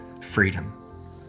freedom